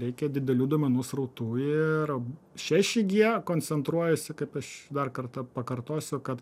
reikia didelių duomenų srautų ir šeši gie koncentruojasi kaip aš dar kartą pakartosiu kad